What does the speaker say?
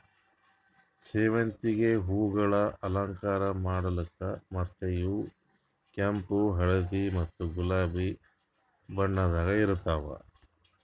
ಸೇವಂತಿಗೆ ಹೂವುಗೊಳ್ ಅಲಂಕಾರ ಮಾಡ್ಲುಕ್ ಮತ್ತ ಇವು ಕೆಂಪು, ಹಳದಿ ಮತ್ತ ಗುಲಾಬಿ ಬಣ್ಣದಾಗ್ ಇರ್ತಾವ್